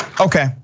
Okay